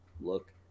look